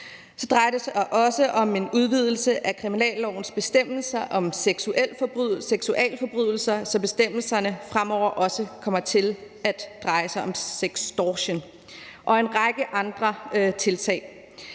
Så drejer det sig også om en udvidelse af kriminallovens bestemmelser om seksualforbrydelser, så bestemmelserne fremover også kommer til at dreje sig om sextortion, og en række andre tiltag.